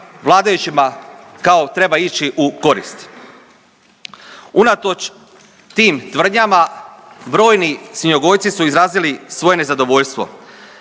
vladajućima kao treba ići u korist. Unatoč tim tvrdnjama brojni svinjogojci su izrazili svoje nezadovoljstvo